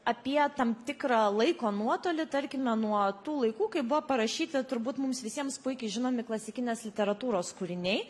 apie tam tikrą laiko nuotolį tarkime nuo tų laikų kai buvo parašyta turbūt mums visiems puikiai žinomi klasikinės literatūros kūriniai